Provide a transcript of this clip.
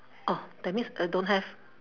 oh that means uh don't have